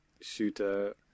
shooter